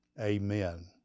amen